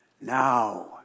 Now